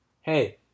hey